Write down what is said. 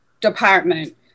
department